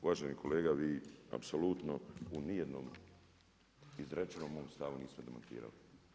Uvaženi kolega vi apsolutno u nijednom izrečenom stavu niste demantirali.